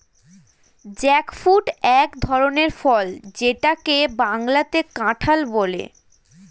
jackfruit এক ধরনের ফল যেটাকে বাংলাতে কাঁঠাল বলে